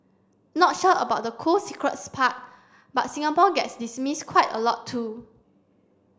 not sure about the cool secrets part but Singapore gets dismissed quite a lot too